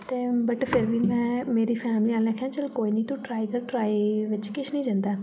ते बट फिर बी में मेरी फैमिली आह्ले आक्खेआ चल कोई निं तू ट्राई कर ट्राई बिच्च किश निं जंदा ऐ